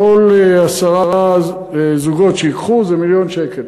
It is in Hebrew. כל עשרה זוגות שייקחו זה מיליון שקל.